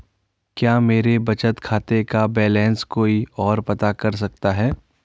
क्या मेरे बचत खाते का बैलेंस कोई ओर पता कर सकता है?